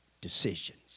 decisions